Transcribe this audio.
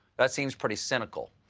that seems pretty cynical,